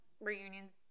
Reunion's